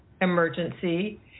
emergency